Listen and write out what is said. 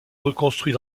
reconstruit